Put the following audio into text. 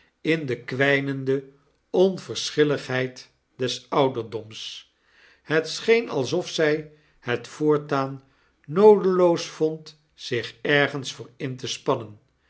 in de kwynende onverschilligheid des ouderdoms het scheen alsof zy het voortaan noodeloos vond zich ergens voor in te spannen